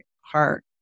heart